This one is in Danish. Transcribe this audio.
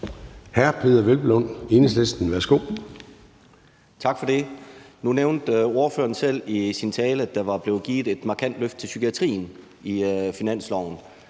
10:24 Peder Hvelplund (EL): Tak for det. Nu nævnte ordføreren selv i sin tale, at der var blevet givet et markant løft til psykiatrien i finansloven,